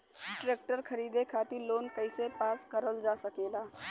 Tractor खरीदे खातीर loan कइसे पास करल जा सकेला?